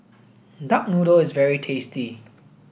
duck noodle is very tasty